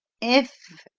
if,